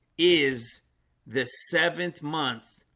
is the seventh month?